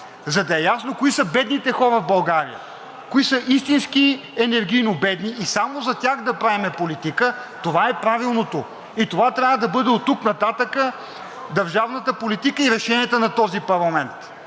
за да е ясно кои са бедните хора в България, кои са истински енергийно бедни и само за тях да правим политика, това е правилното. Това трябва да бъде оттук нататък държавната политика и решенията на този парламент,